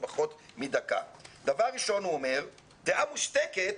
דבר ראשון - דעה מושתקת